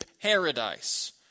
paradise